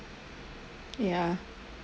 ya